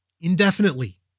indefinitely